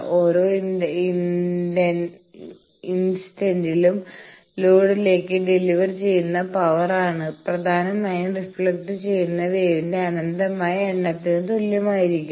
ഓരോ ഇൻസ്റ്റന്റിലും ലോഡിലേക്ക് ഡെലിവർ ചെയുന്ന പവർ ആണ് പ്രധാനമായും റിഫ്ലക്ട് ചെയുന്ന വേവിന്റെ അനന്തമായ എണ്ണത്തിന് തുല്യമായിരിക്കും